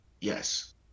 yes